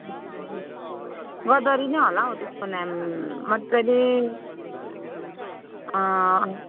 गदावरी नै होला हौ त्यसको नाम मजाले